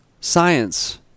science